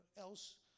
else